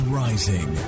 rising